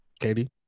Katie